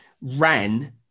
ran